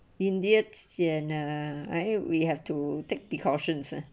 indian and a I we have to take precautions ah